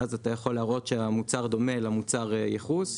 ואז אתה יכול להראות שהמוצר דומה למוצר הייחוס,